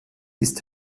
ist